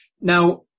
Now